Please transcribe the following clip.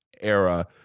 era